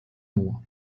moor